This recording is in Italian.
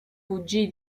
fuggì